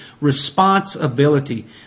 responsibility